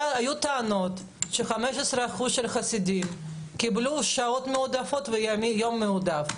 היו טענות ש-15% מן החסידים קיבלו שעות מועדפות ויום מועדף.